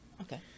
Okay